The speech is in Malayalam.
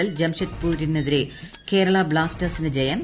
എല്ലിൽ ജംഷഡ്പൂരിനെതിരെ കേരളാ ബ്ലാസ്റ്റേഴ്സിന് ജയം